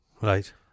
Right